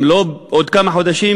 אם לא בעוד כמה חודשים,